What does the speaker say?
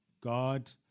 God